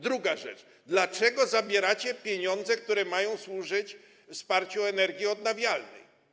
Druga rzecz: Dlaczego zabieracie pieniądze, które mają służyć wsparciu energii odnawialnej?